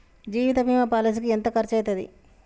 జీవిత బీమా పాలసీకి ఎంత ఖర్చయితది?